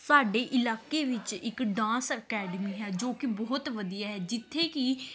ਸਾਡੇ ਇਲਾਕੇ ਵਿੱਚ ਇੱਕ ਡਾਂਸ ਅਕੈਡਮੀ ਹੈ ਜੋ ਕਿ ਬਹੁਤ ਵਧੀਆ ਹੈ ਜਿੱਥੇ ਕਿ